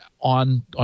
on